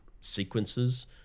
sequences